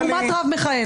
לעומת רב מכהן.